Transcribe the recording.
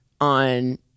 on